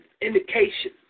indication